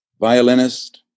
violinist